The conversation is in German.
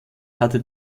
hatte